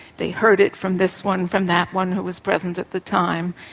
they heard it from this one, from that one who was present at the time,